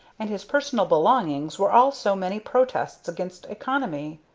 and his personal belongings were all so many protests against economy.